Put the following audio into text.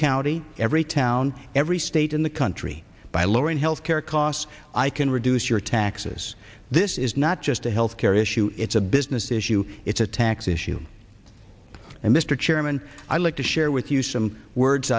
county every town every state in the country by lowering health care costs i can reduce your taxes this is not just a health care issue it's a business issue it's a tax issue and mr chairman i'd like to share with you some words